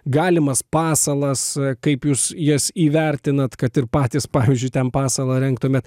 galimas pasalas kaip jūs jas įvertinat kad ir patys pavyzdžiui ten pasalą rengtumėt